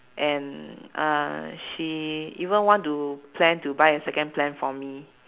and uh she even want to plan to buy a second plan from me